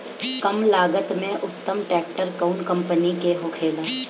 कम लागत में उत्तम ट्रैक्टर कउन कम्पनी के होखेला?